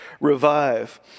revive